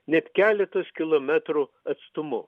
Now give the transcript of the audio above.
net keletos kilometrų atstumu